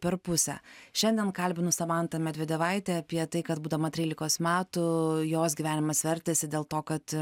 per pusę šiandien kalbinu samantą medvedevaitę apie tai kad būdama trylikos metų jos gyvenimas vertėsi dėl to kad